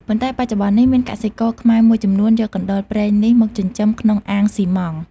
ប៉ុន្តែបច្ចុប្បន្ននេះ មានកសិករខ្មែរមួយចំនួន យកកណ្តុរព្រែងនេះមកចិញ្ចឹមក្នុងអាងសុីម៉ង់។